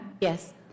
Yes